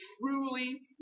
truly